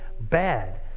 bad